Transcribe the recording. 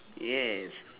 yes